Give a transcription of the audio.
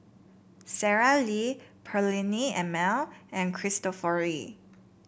Sara Lee Perllini and Mel and Cristofori